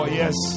yes